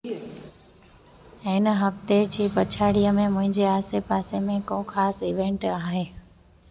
हिन हफ़्ते जी पछाड़ीअ में मुहिंजे आसे पासे में को ख़ासि इवेंट आहे